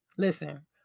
Listen